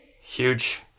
huge